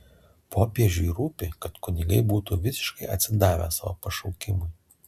popiežiui rūpi kad kunigai būtų visiškai atsidavę savo pašaukimui